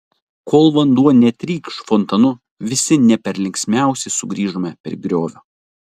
kol vanduo netrykš fontanu visi ne per linksmiausi sugrįžome prie griovio